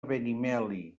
benimeli